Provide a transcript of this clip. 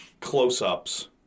close-ups